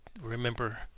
remember